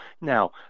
now